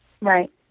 Right